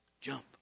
Jump